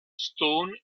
stone